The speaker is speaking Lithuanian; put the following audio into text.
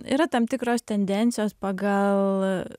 yra tam tikros tendencijos pagal